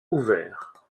ouverts